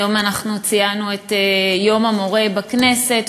היום אנחנו ציינו את יום המורה בכנסת,